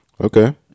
Okay